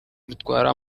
rutwara